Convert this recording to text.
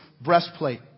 breastplate